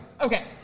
Okay